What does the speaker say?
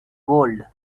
world